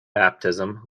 baptism